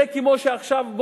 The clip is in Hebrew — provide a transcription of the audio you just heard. זה כמו שעכשיו,